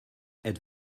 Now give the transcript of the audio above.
êtes